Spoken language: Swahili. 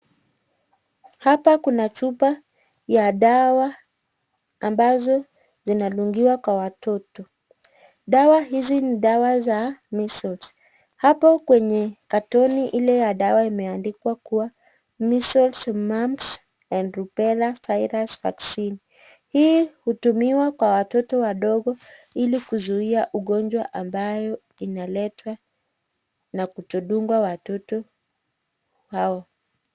Hapa kuna chupa ya dawa ambazo zinadungiwa kwa watoto. Dawa hizi ni dawa za measles . Hapo kwenye katoni ile ya dawa imeandikwa kuwa measles, mumps and rubella virus vaccine . Hii hutumiwa kwa watoto wadogo ili kuzuia ugonjwa ambayo inaletwa na kutodungwa watoto hao.